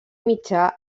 mitjà